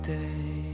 day